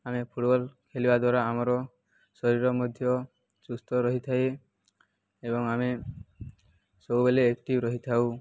ଆମେ ଫୁଟବଲ୍ ଖେଳିବା ଦ୍ୱାରା ଆମର ଶରୀର ମଧ୍ୟ ସୁସ୍ଥ ରହିଥାଏ ଏବଂ ଆମେ ସବୁବେଲେ ଆକ୍ଟିଭ୍ ରହିଥାଉ